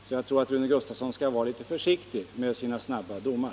Jag tror därför att Rune Gustavsson bör vara litet försiktig med sina snabba domar.